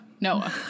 Noah